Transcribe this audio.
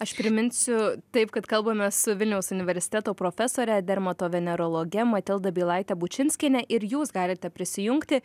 aš priminsiu taip kad kalbamės su vilniaus universiteto profesore dermatovenerologe matilda bylaite bučinskiene ir jūs galite prisijungti